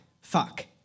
fuck